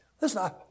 listen